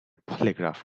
polygraph